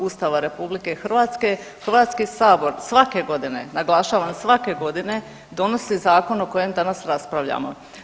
Ustava RH Hrvatski sabor svake godine, naglašavam svake godine donosi zakon o kojem danas raspravljamo.